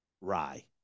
rye